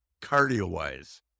cardio-wise